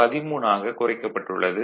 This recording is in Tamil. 13 ஆக குறைக்கப்பட்டுள்ளது